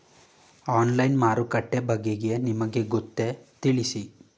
Online ಮಾರುಕಟ್ಟೆ ಬಗೆಗೆ ನಿಮಗೆ ಗೊತ್ತೇ? ತಿಳಿಸಿ?